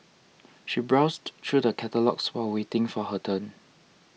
she browsed through the catalogues while waiting for her turn